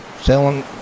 selling